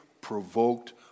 provoked